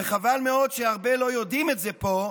וחבל מאוד שהרבה לא יודעים את זה פה,